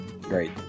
great